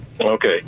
Okay